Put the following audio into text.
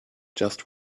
just